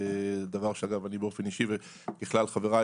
דבר שאגב אני באופן אישי ובכלל חבריי,